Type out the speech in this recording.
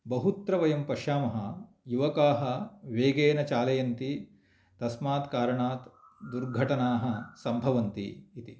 बहुत्र वयं पश्यामः युवकाः वेगेन चालयन्ति तस्मात् कारणात् दुर्घटनाः सम्भवन्ति इति